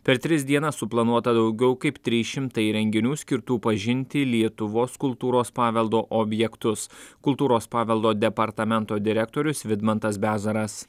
per tris dienas suplanuota daugiau kaip trys šimtai renginių skirtų pažinti lietuvos kultūros paveldo objektus kultūros paveldo departamento direktorius vidmantas bezaras